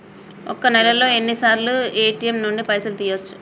ఒక్క నెలలో ఎన్నిసార్లు ఏ.టి.ఎమ్ నుండి పైసలు తీయచ్చు?